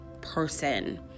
person